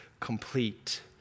complete